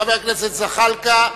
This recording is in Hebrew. חבר הכנסת זחאלקה.